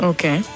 Okay